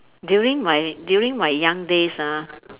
during my during my young days ah